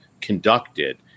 conducted